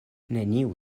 neniu